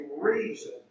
reason